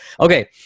Okay